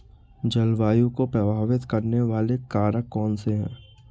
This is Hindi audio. जलवायु को प्रभावित करने वाले कारक कौनसे हैं?